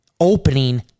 opening